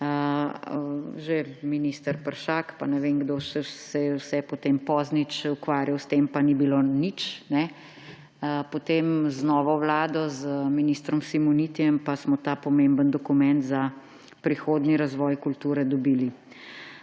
Že minister Peršak in ne vem kdo še vse se je potem, Poznič, ukvarjal s tem, pa ni bilo nič. Potem z novo vlado, z ministrom Simonitijem pa smo ta pomemben dokument za prihodnji razvoj kulture dobili.